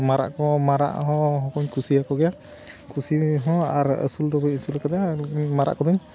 ᱢᱟᱨᱟᱜ ᱠᱚ ᱢᱟᱨᱟᱜ ᱦᱚᱸ ᱩᱱᱠᱩᱧ ᱠᱩᱥᱤᱭᱟ ᱠᱚᱜᱮᱭᱟ ᱠᱩᱥᱤ ᱦᱚᱸ ᱟᱨ ᱟᱹᱥᱩᱞ ᱫᱚ ᱵᱟᱹᱧ ᱟᱹᱥᱩᱞ ᱟᱠᱟᱫᱟ ᱢᱟᱨᱟᱜ ᱠᱚᱫᱚᱧ